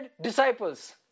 disciples